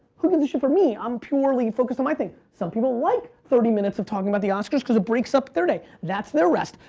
who did this shit for me, i'm purely focused on my thing. some people like thirty minutes of talking about the oscars cause it breaks up their day. that's their rest.